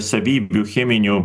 savybių cheminių